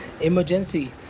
emergency